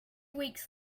weeks